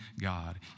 God